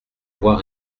voie